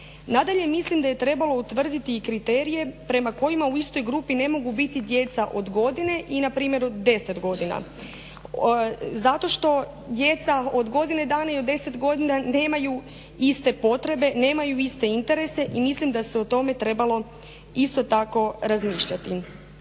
Nadalje mislim da je trebalo utvrditi i kriterije prema kojima u istoj grupi ne mogu biti djeca od godine i npr. od deset godina zato što djeca od godine dana i od deset godina nemaju iste potrebe, nemaju iste interese i mislim da se o tome trebalo isto tako razmišljati.